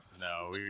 No